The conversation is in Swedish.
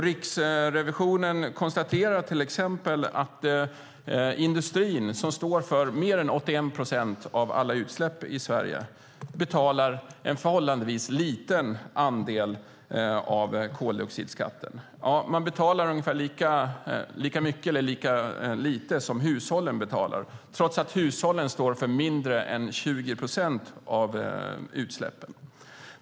Riksrevisionen konstaterar till exempel att industrin, som står för mer än 81 procent av alla utsläpp i Sverige, betalar en förhållandevis liten andel av koldioxidskatten. Man betalar ungefär lika mycket eller lika lite som hushållen betalar, trots att hushållen står för mindre än 20 procent av utsläppen.